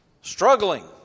struggling